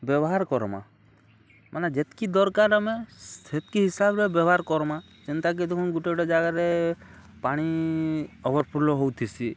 ବ୍ୟବହାର କରମା ମାନେ ଯେତିକି ଦରକାର ଆମେ ସେତିକି ହିସାବେ ବ୍ୟବହାର କର୍ମା ଯେନ୍ତାକି ଦେଖୁନ୍ ଗୁଟେ ଗୁଟେ ଜାଗାରେ ପାଣି ଓଭରଫୁଲ ହଉଥିସି